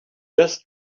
just